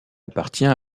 appartient